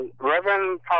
Reverend